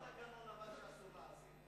לא כתוב בתקנון שאסור להאזין.